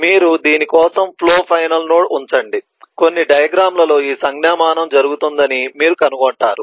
మీరు దీని కోసం ఫ్లో ఫైనల్ నోడ్ ఉంచండి కొన్ని డయాగ్రమ్ లలో ఈ సంజ్ఞామానం జరుగుతుందని మీరు కనుగొంటారు